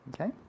Okay